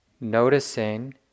noticing